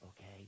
okay